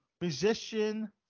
musician